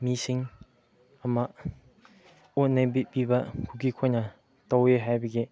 ꯃꯤꯁꯤꯡ ꯑꯃ ꯑꯣꯠ ꯅꯩꯕꯤꯈ꯭ꯔꯕ ꯀꯨꯀꯤꯈꯣꯏꯅ ꯇꯧꯋꯦ ꯍꯥꯏꯕꯒꯤ